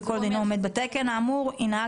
וכל עוד אינו עומד בתנאי התקן האמור ינהג